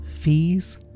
Fee's